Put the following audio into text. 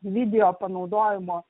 video panaudojimo